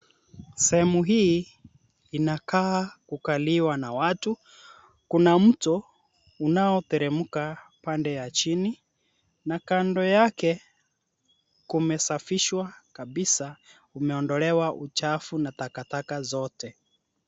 Sehemu hii inakaa kukaliwa na watu. Kuna mto unaoteremka pande ya chini na kando yake kumesafishwa kabisa, kumeondolewa uchafu na takataka zote.